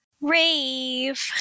Rave